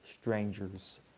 strangers